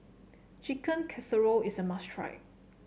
Chicken Casserole is a must try